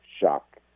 shock